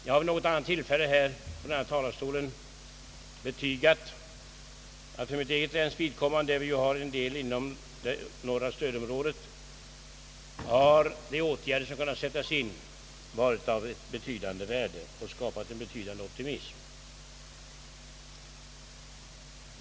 Jag har vid något tillfälle från denna talarstol betygat att för mitt eget läns vidkommande, som till viss del ingår i det norra stödområdet, har de åtgärder som kunnat sättas in varit av betydande värde och skapat optimism.